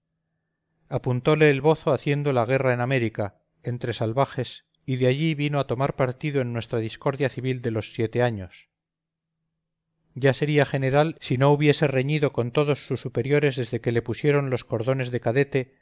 apuntole el bozo haciendo la guerra en américa entre salvajes y de allí vino a tomar partido en nuestra discordia civil de los siete años ya sería general si no hubiese reñido con todos sus superiores desde que le pusieron los cordones de cadete